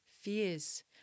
Fears